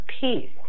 peace